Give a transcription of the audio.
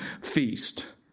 feast